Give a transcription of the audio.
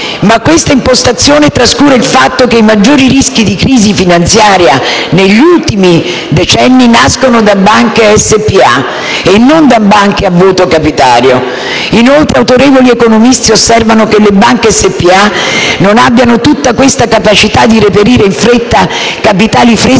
Ma questa impostazione trascura il fatto che i maggiori rischi di crisi finanziaria negli ultimi decenni nascono da banche società per azioni e non da banche a voto capitario. Inoltre, autorevoli economisti osservano che le banche SpA non abbiano tutta questa capacità di reperire in fretta capitali freschi